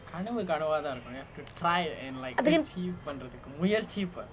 but then